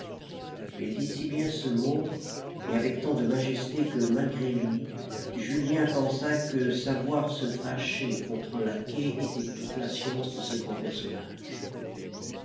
il dit si bien ce mot et avec tant de majesté que malgré lui julien pensa que savoir se fâcher contre un laquais était toute la science de ce grand personnage